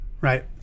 Right